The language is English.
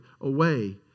away